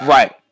Right